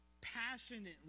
Passionately